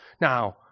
Now